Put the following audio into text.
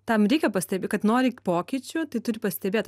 tam reikia pastebi kad nori pokyčių tai turi pastebėt